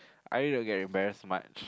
I don't get embarrassed much